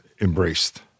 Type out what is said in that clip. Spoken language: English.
embraced